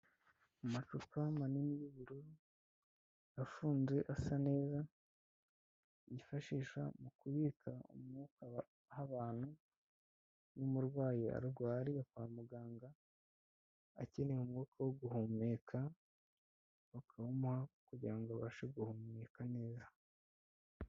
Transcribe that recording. Amacupa manini y'ubururu, afunze, asa neza, yifashishwa mu kubika umwuka baha abantu, iyo umurwayi arwariye kwa muganga akeneye umwuka wo guhumeka, bakawumuha kugira ngo abashe guhumeka neza.